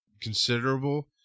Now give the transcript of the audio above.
considerable